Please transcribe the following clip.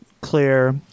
clear